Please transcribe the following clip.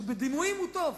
שבדימויים הוא טוב,